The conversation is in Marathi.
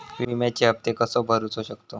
विम्याचे हप्ते कसे भरूचो शकतो?